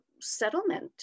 settlement